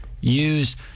use